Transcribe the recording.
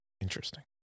Interesting